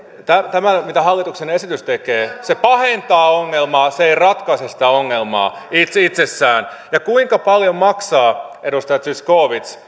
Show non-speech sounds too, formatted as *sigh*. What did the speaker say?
tämä mitä hallituksen esitys tekee on että se pahentaa ongelmaa se ei ratkaise sitä ongelmaa itsessään kuinka paljon maksaa edustaja zyskowicz *unintelligible*